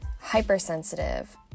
hypersensitive